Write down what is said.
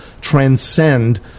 transcend